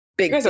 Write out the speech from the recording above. big